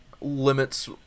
limits